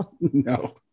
No